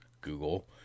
Google